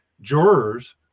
jurors